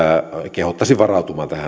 kehottaisin varautumaan tähän